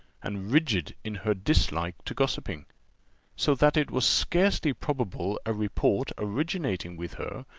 and rigid in her dislike to gossiping so that it was scarcely probable a report originating with her,